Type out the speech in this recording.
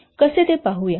कसे ते पाहूया